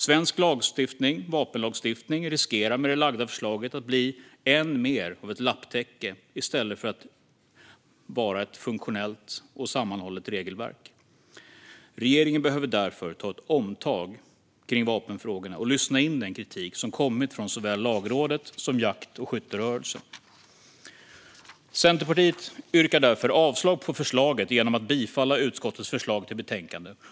Svensk vapenlagstiftning riskerar med det framlagda förslaget att bli än mer av ett lapptäcke i stället för ett funktionellt och sammanhållet regelverk. Regeringen behöver därför ta ett omtag i vapenfrågorna och lyssna in den kritik som kommit från såväl Lagrådet som jakt och skytterörelsen. Centerpartiet yrkar därför avslag på förslaget genom att yrka bifall till utskottets förslag i betänkandet.